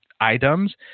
items